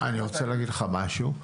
אני רוצה להגיד לך משהו.